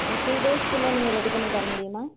two டேஸ்க்குள்ளே நீங்கள் ready பண்ணி தர முடியுமா